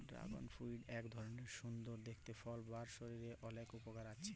dragon fruit এক ধরলের সুন্দর দেখতে ফল যার শরীরের অলেক উপকার আছে